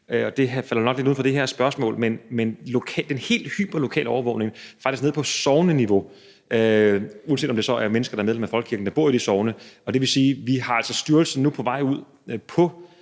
Det falder nok lidt uden for det her spørgsmål, men det handler om den helt hyperlokale overvågning, faktisk helt nede på sogneniveau, uanset om det så er mennesker, der er medlem af folkekirken, der bor i de sogne, eller ej, og det vil sige, at styrelsen nu er på vej ud på